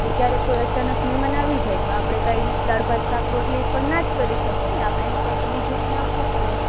કે ક્યારેક કોઈ અચાનક મહેમાન આવી જાય તો આપણે કંઈ દાળ ભાત શાક રોટલી પણ ના જ કરી શકીએને આપણે એને કાઈક બીજું પણ આપવું પડે